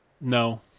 No